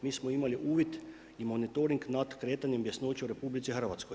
Mi smo imali uvid i monitoring nad kretanjem bjesnoće u RH.